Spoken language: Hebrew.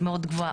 מאד גבוהה.